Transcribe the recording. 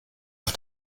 auf